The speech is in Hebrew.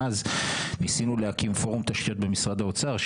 אז ניסינו להקים פורום תשתיות במשרד האוצר,